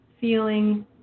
feeling